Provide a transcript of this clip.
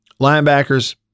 linebackers